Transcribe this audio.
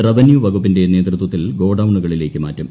revenue വകുപ്പിന്റെ നേതൃത്വത്തിൽ ഗോഡൌണുകളിലേക്ക് മാറ്റും